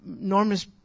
enormous